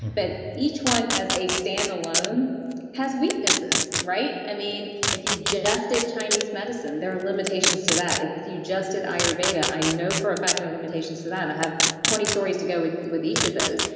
but each one as a standalone has weaknesses, right? i mean, if you just did chinese medicine there are limitations to that. if you just did ayurveda, i know for a fact there are limitations to that. i have twenty stories to go with with each of those.